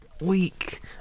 Week